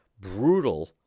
brutal